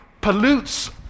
pollutes